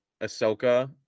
Ahsoka